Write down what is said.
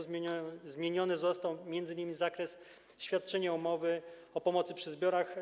Zmieniony został m.in. zakres świadczenia umowy o pomocy przy zbiorach.